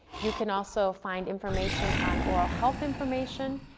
you can also find information on oral health information.